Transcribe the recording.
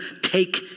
take